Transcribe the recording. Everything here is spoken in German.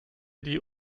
die